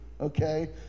okay